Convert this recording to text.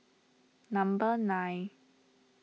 number nine